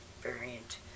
variant